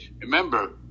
Remember